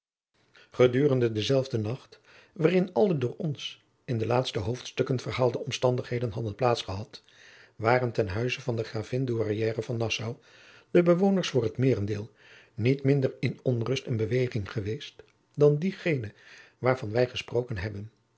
gedurende dezelfde nacht waarin al de door ons in de laatste hoofdstukken verhaalde omstandigheden hadden plaats gehad waren ten huize van de gravin douairière van nassau de bewoners voor t meerendeel niet minder in onrust en beweging geweest dan diegene waarvan wij gesproken hebben